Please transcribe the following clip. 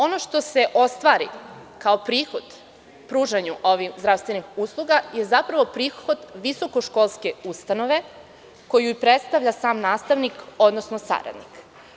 Ono što se ostvari kao prihod od pružanja ovih zdravstvenih usluga je zapravo prihod visokoškolske ustanove, koju predstavlja sam nastavnik, odnosno saradnik.